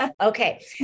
Okay